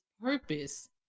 Purpose